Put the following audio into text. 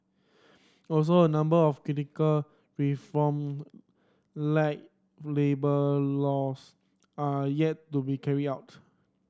also a number of critical reform like labour laws are yet to be carried out